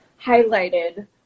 highlighted